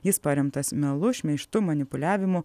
jis paremtas melu šmeižtu manipuliavimu